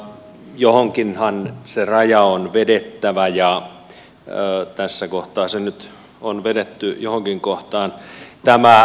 johonkinhan se raja on vedettävä ja tässä kohtaa se nyt on vedetty johonkin kohtaan